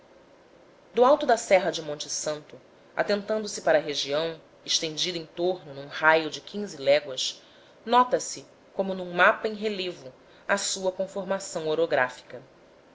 do alto da serra de monte santo atentando se para a região estendida em torno num raio de quinze léguas nota-se como num mapa em relevo a sua conformação orográfica